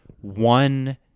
One